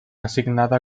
asignada